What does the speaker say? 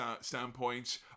standpoint